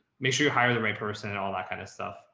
make sure you hire the right person and all that kind of stuff